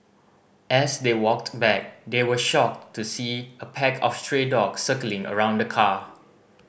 as they walked back they were shocked to see a pack of stray dogs circling around the car